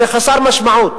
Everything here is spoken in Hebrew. זה חסר משמעות.